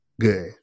Good